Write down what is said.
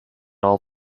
all